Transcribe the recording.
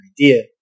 idea